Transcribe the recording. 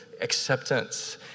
acceptance